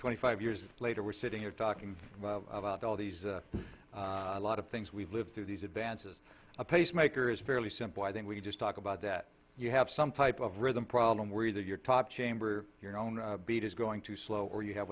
twenty five years later we're sitting here talking about all these a lot of things we've lived through these advances a pacemaker is fairly simple i think we just talk about that you have some type of rhythm problem worry that your top chamber your own beat is going to slow